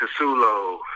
Casulo